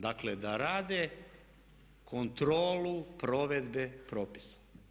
Dakle, da rade kontrolu provedbe propisa.